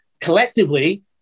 collectively